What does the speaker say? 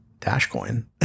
Dashcoin